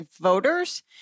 voters